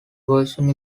versions